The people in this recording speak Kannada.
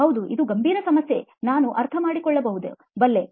ಹೌದು ಇದು ಗಂಭೀರ ಸಮಸ್ಯೆ ನಾನು ಅರ್ಥಮಾಡಿಕೊಳ್ಳಬಲ್ಲೆ